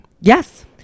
Yes